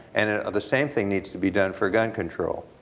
and ah ah the same thing needs to be done for gun control.